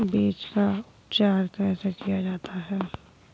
बीज का उपचार कैसे किया जा सकता है?